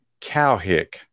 Cowhick